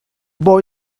boy